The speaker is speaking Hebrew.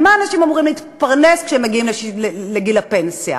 ממה אנשים אמורים להתפרנס כשהם מגיעים לגיל הפנסיה?